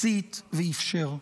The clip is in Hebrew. הסית ואפשר.